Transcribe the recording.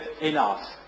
enough